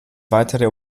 weitere